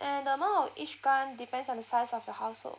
and the amount each grant depends on the size of your household